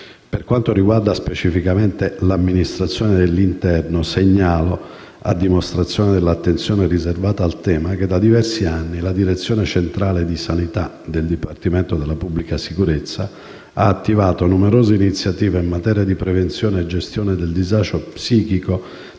Per quanto riguarda questa Amministrazione, segnalo, a dimostrazione dell'attenzione riservata al tema, che da diversi anni la Direzione centrale di sanità del Dipartimento della pubblica sicurezza ha attivato numerose iniziative in materia di prevenzione e gestione del disagio psichico